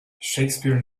shakespeare